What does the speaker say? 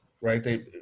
Right